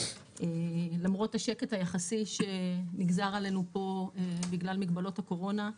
למרות השקט היחסי שנגזר עלינו פה בגלל מגבלות הקורונה,